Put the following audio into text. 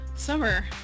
Summer